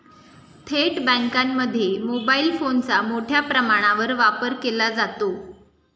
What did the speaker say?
थेट बँकांमध्ये मोबाईल फोनचा मोठ्या प्रमाणावर वापर केला जातो